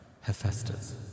Hephaestus